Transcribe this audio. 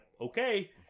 okay